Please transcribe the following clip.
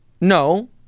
no